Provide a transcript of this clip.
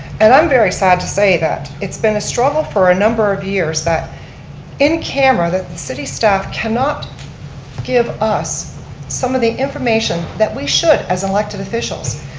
and i'm very sad to say that it's been a struggle for a number of years that in camera that the city staff can can not give us some of the information, that we should as elected officials,